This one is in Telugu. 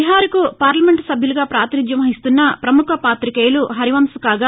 బీహార్కు పార్లమెంట్ సభ్యులుగా పాతినిధ్యం వహిస్తున్న పముఖ పాతికేయులు హరివంశ్ కాగా